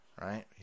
Right